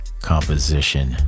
composition